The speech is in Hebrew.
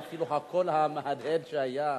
ואפילו הקול המהדהד שהיה.